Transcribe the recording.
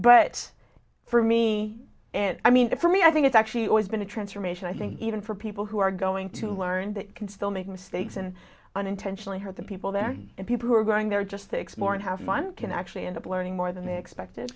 but for me and i mean for me i think it's actually always been a transformation i think even for people who are going to learn that can still make mistakes and unintentionally hurt the people there and people who are going there just to explore and have fun can actually end up learning more than expect